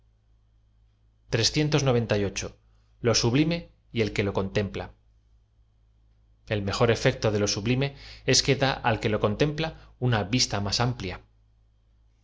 o sulime y el que lo contempla l mejor efecto de lo sublime es que da al que lo contempla una vista más amplia